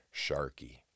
Sharky